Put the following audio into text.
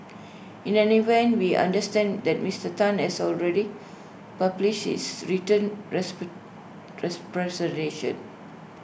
in any event we understand that Mister Tan has already published his written representation